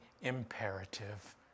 imperative